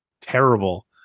terrible